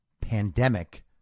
pandemic